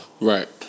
Right